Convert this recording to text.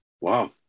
wow